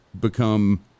become